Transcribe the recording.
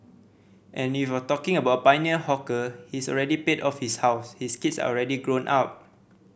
and if you're talking about pioneer hawker he's already paid off his house his kids are already grown up